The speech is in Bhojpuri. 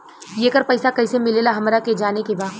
येकर पैसा कैसे मिलेला हमरा के जाने के बा?